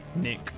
nick